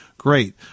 Great